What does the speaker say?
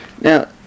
Now